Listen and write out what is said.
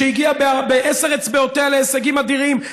שהגיעה בעשר אצבעותיה להישגים אדירים.